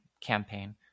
campaign